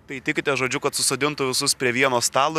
tai tikite žodžiu kad susodintų visus prie vieno stalo